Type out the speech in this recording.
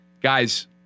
Guys